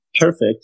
perfect